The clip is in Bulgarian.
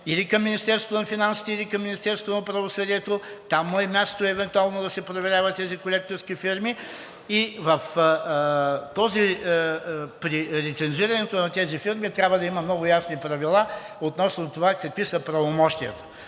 или към Министерството на финансите, или към Министерството на правосъдието, там му е мястото евентуално да се проверяват тези колекторски фирми, и при лицензирането на тези фирми трябва да има много ясни правила относно това какви са правомощията.